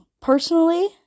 Personally